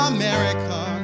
America